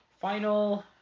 final